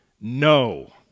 no